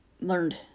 learned